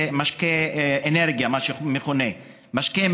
זה מה שמכונה משקה אנרגיה,